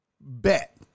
Bet